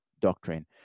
doctrine